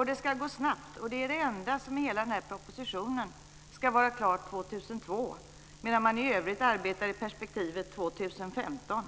är. Det ska gå snabbt. Det är det enda i hela den här propositionen som ska vara klart år 2002. I övrigt arbetar man i perspektivet 2015.